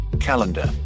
calendar